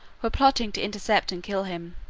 were plotting to intercept and kill him.